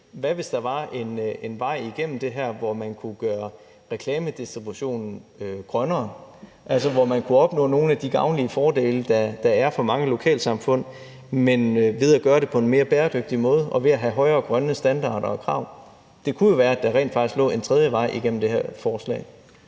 Hvad hvis der var en vej igennem det her, hvor man kunne gøre reklamedistributionen grønnere, altså hvor man kunne opnå nogle af de gavnlige fordele, der er for mange lokalsamfund, men gøre det på en mere bæredygtig måde og have højere grønne standarder og krav? Det kunne jo være, at der rent faktisk lå en tredje vej igennem det her forslag.